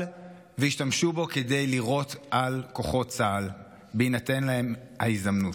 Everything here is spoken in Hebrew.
וישתמשו בו כדי לירות על כוחות צה"ל בהינתן להם ההזדמנות.